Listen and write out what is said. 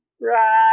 Right